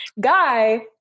guy